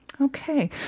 Okay